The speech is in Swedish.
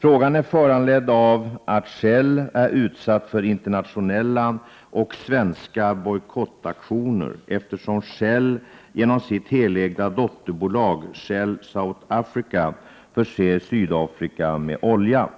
Frågan är föranledd av att Shell är utsatt för internationella och svenska bojkottaktioner, eftersom Shell genom sitt helägda dotterbolag Shell South Africa förser Sydafrika med olja.